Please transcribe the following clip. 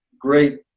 great